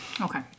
Okay